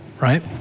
right